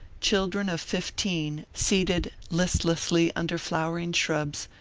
children of fifteen seated listlessly under flowering shrubs,